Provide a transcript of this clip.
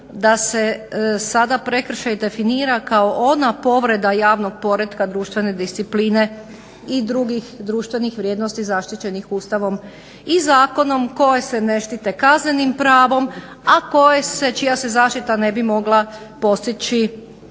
da se sada prekršaj definira kao ona povreda javnog poretka društvene discipline i drugih društvenih vrijednosti zaštićenih ustavom i zakonom koje se ne štite Kaznenim pravom a koje se čija se zaštita ne bi mogla postići